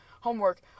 homework